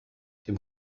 dem